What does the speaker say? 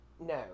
No